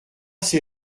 ces